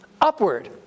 Upward